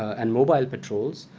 and mobile patrols,